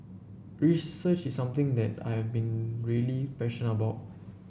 research is something that I've been really passion about